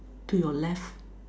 to your left